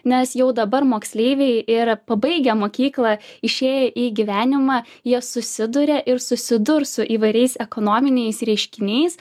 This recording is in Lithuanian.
nes jau dabar moksleiviai yra pabaigę mokyklą išėję į gyvenimą jie susiduria ir susidurs su įvairiais ekonominiais reiškiniais